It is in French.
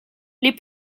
les